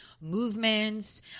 movements